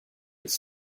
its